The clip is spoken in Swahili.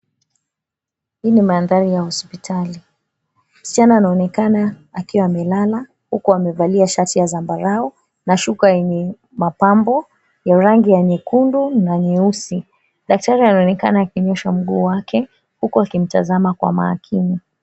Hii ni mandhari ya hospitali. Msichana anaoekana akiwa amelala huku amevalia shati ya zambarau na shuka yenye mapambo na rangi ya nyekundu na nyeusi. Daktari anaonekana akinyosha mguu wake huku akimtazama kwa makini.